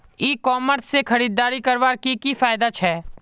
ई commerce से खरीदारी करवार की की फायदा छे?